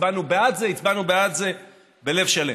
הצבענו בעד זה, הצבענו בעד זה בלב שלם.